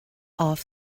off